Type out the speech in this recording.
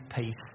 peace